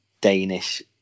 danish